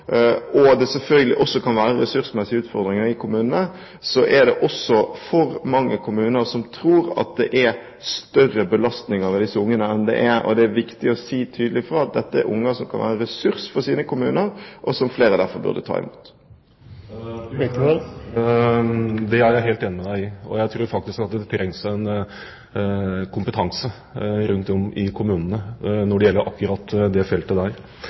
selvfølgelig kan det være ressursmessige utfordringer i kommunene – er det også for mange kommuner som tror at det er større belastninger med disse barna enn det er. Og det er viktig å si tydelig fra at dette er barn som kan være en ressurs for sine kommuner, og som flere derfor burde ta imot. Det er jeg helt enig med statsråden i, og jeg tror faktisk at det trengs kompetanse rundt om i kommunene når det gjelder akkurat det feltet der.